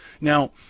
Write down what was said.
Now